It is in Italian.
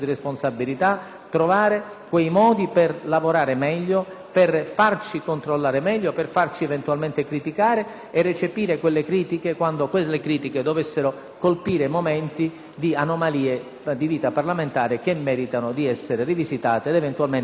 trovare quei modi per lavorare meglio, per farci controllare meglio, per farci eventualmente criticare e recepire quelle critiche quando queste dovessero colpire anomalie di vita parlamentare che meritano di essere rivisitate e, eventualmente, anche corrette.